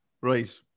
Right